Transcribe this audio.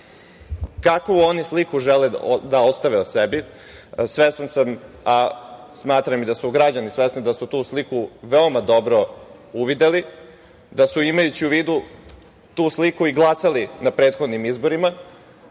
kakvu oni sliku žele da ostave o sebi. Svestan sam, a smatram da su i građani svesni da su tu sliku dobro uvideli, da su imajući u vidu tu sliku i glasali na prethodnim izborima